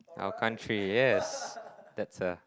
our country yes that's a